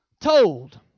told